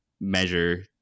measure